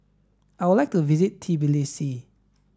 I would like to visit Tbilisi